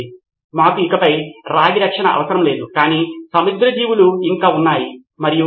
ఒకవేళ పాఠశాలలో మనకు ఆదర్శంగా అవసరమయ్యే రిపోజిటరీ లేదా మౌలిక సదుపాయాలు లేవు